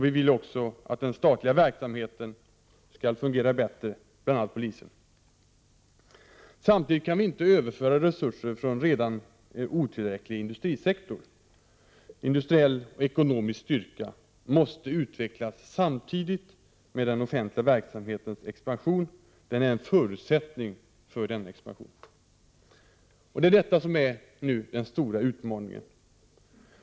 Vi vill också att den statlig verksamheten skall fungera bättre, bl.a. polisen. Samtidigt kan vi inte överföra resurser från en redan otillräcklig industrisektor. Industriell och ekonomisk styrka måste utvecklas samtidigt med den offentliga verksamhetens expansion; den är en förutsättning för denna expansion. Detta är den stora utmaningen.